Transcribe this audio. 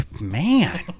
Man